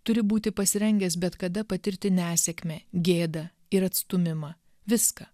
turi būti pasirengęs bet kada patirti nesėkmę gėdą ir atstūmimą viską